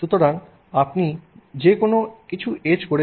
সুতরাং আপনি কোনও কিছু এচ করেছেন